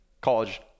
College